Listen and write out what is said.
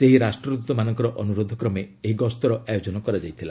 ସେହି ରାଷ୍ଟ୍ରଦୃତମାନଙ୍କର ଅନୁରୋଧ କ୍ରମେ ଏହି ଗସ୍ତର ଆୟୋଜନ କରାଯାଇଥିଲା